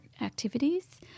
activities